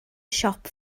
siop